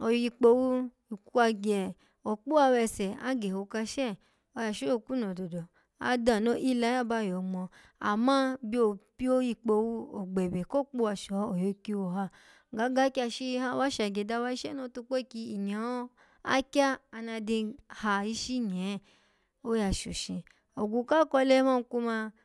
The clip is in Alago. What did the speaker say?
oyikpowu kwagye. okpuwa wese, ageho kasha oya shokunu dodo, adano ila lo, aba yo ngino amma byo pyo ikpowu, ogbebe ko kpuwa she, oyo "kiwo" ha ga gakyashi ha wa shagye dawa isheno, otukpokyi, inyo akya ana dinga ha ishi nye, oya shoshi ogwu ka kole mani kuma.